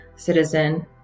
citizen